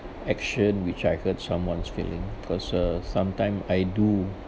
action which I hurt someone's feeling because uh sometime I do